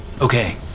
Okay